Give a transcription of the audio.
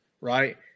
Right